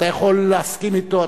אתה יכול להסכים אתו,